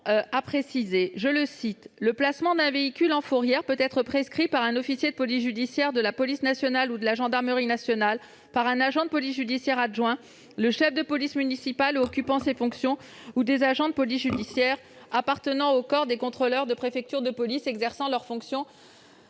a indiqué ceci :« Le placement d'un véhicule en fourrière peut être prescrit par un officier de police judiciaire de la police nationale ou de la gendarmerie nationale, par un agent de police judiciaire adjoint, chef de police municipale ou occupant ces fonctions, par les agents de police judiciaire adjoints appartenant au corps des contrôleurs de la préfecture de police exerçant leurs fonctions